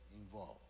involved